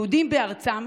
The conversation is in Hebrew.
יהודים בארצם,